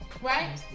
Right